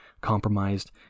compromised